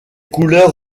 couleurs